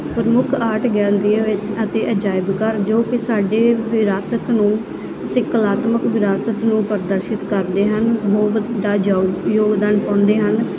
ਪ੍ਰਮੁੱਖ ਆਰਟ ਗੈਲਰੀਆਂ ਵਿੱਚ ਅਤੇ ਅਜਾਇਬ ਘਰ ਜੋ ਕਿ ਸਾਡੀ ਵਿਰਾਸਤ ਨੂੰ ਅਤੇ ਕਲਾਤਮਕ ਵਿਰਾਸਤ ਨੂੰ ਪ੍ਰਦਰਸ਼ਿਤ ਕਰਦੇ ਹਨ ਹੋ ਵੱਡਾ ਯੋਗ ਯੋਗਦਾਨ ਪਾਉਂਦੇ ਹਨ